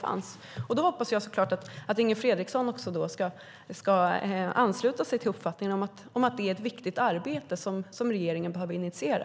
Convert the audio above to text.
Jag hoppas såklart att Inger Fredriksson ska ansluta sig till uppfattningen att det är ett viktigt arbete som regeringen bör initiera.